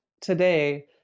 today